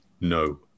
No